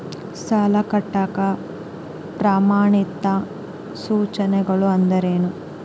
ಸಾಲ ಕಟ್ಟಾಕ ಪ್ರಮಾಣಿತ ಸೂಚನೆಗಳು ಅಂದರೇನು?